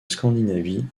scandinavie